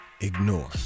ignore